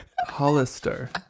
Hollister